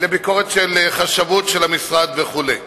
של חשבות המשרד וכן הלאה.